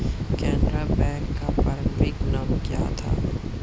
Canara Bank का प्रारंभिक नाम क्या था?